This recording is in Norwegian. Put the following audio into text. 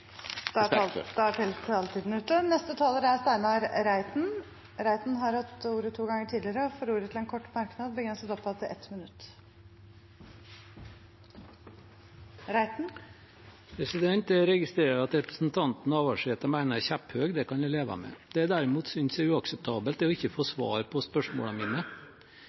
Steinar Reiten har hatt ordet to ganger tidligere og får ordet til en kort merknad, begrenset til 1 minutt. Jeg registrerer at representanten Navarsete mener jeg er kjepphøy, det kan jeg leve med. Det jeg derimot synes er uakseptabelt, er å ikke få svar på spørsmålene mine,